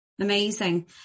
Amazing